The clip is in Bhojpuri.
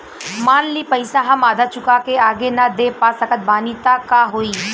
मान ली पईसा हम आधा चुका के आगे न दे पा सकत बानी त का होई?